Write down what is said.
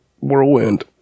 whirlwind